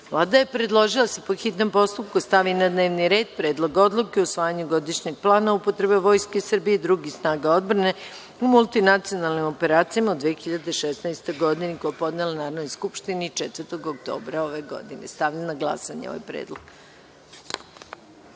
je predložila da se po hitnom postupku, stavi na dnevni red Predlog odluke o usvajanju godišnjeg plana upotrebe Vojske Srbije i drugih snaga odbrane u multinacionalnim operacijama u 2016. godini, koji je podnela Narodnoj skupštini 4. oktobra 2016. godine. Stavljam na glasanje ovaj